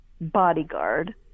bodyguard